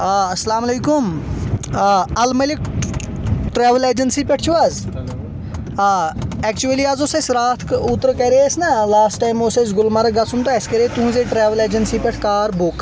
آ اسلام علیکم الملک ٹریول اجنسی پٮ۪ٹھ چھو حظ آ ایٚچُؤلی حظ اوس اسہِ راتھ اوٗترٕ کرے اَسہِ نا لاسٹ ٹایم اوس اَسہِ گُلمرگ گژھُن اَسہِ کرے تُہنٛزے ٹریول اجنسی پٮ۪ٹھ کار بُک